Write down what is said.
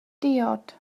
diod